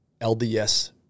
LDS